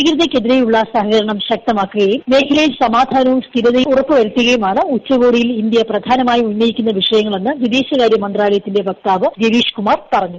ഭീകരതയ്ക്കെതിരെയുളള സഹകരണം ശക്തമാക്കുകയും മേഖലയിൽ സമാധാനവും സ്ഥിരതയും ഉറപ്പു വരുത്തുകയുമാണ് ഉച്ചകോടിയിൽ ഇന്ത്യ പ്രധാനമായും ഉന്നയിക്കുന്ന വിഷയങ്ങളെന്ന് വിദേശകാര്യ മന്ത്രാലയത്തിന്റെ വക്താവ് രവീഷ് കുമാർ പറഞ്ഞു